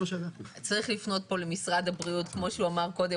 צריך לפנות פה למשרד הבריאות, כמו שהוא אמר קודם.